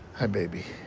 hi, baby.